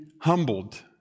humbled